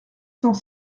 cent